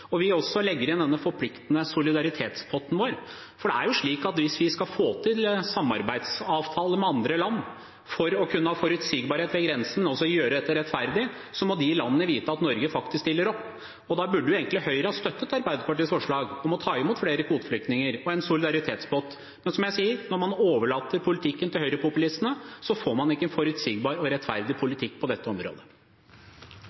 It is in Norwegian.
Vi legger også inn denne forpliktende solidaritetspotten vår, for hvis vi skal få til samarbeidsavtaler med andre land for å kunne ha forutsigbarhet ved grensen og gjøre dette rettferdig, må de landene vite at Norge faktisk stiller opp. Da burde Høyre egentlig ha støttet Arbeiderpartiets forslag om å ta imot flere kvoteflyktninger og støttet en solidaritetspott. Men som jeg sier: Når man overlater politikken til høyrepopulistene, får man ikke en forutsigbar og rettferdig